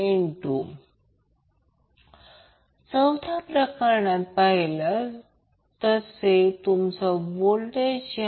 म्हणून ω2 चे सरलीकरण ω ω 1 कॉमन घ्या